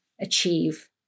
achieve